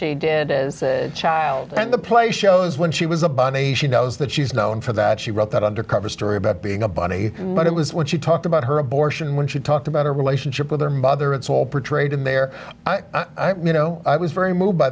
she did as a child and the play shows when she was a bunny she knows that she's known for that she wrote that undercover story about being a bunny but it was when she talked about her abortion when she talked about her relationship with her mother it's all pretreated there you know i was very moved by